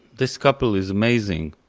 this couple is amazing.